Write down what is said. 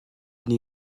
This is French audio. une